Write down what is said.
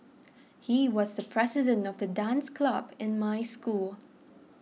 he was the president of the dance club in my school